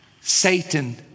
Satan